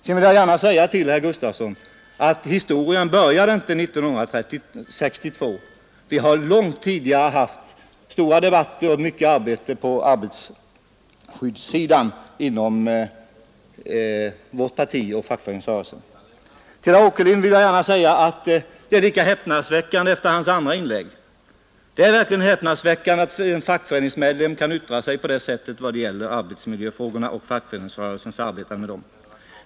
Till herr Gustavsson vill jag gärna säga att historien inte började 1962 — långt tidigare har vi haft stora debatter och nedlagt mycken möda på arbetarskyddssidan inom såväl vårt parti som fackföreningsrörelsen. Om herr Åkerlinds andra inlägg i denna fråga vill jag säga att det är häpnadsväckande att en fackföreningsmedlem kan yttra sig på det sättet när det gäller arbetsmiljöfrågorna och fackföreningarnas arbete med dem.